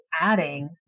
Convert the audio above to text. adding